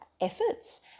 efforts